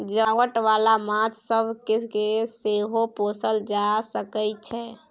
सजावट बाला माछ सब केँ सेहो पोसल जा सकइ छै